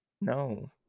No